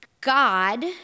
God